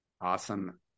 Awesome